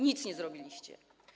Nic nie zrobiliście.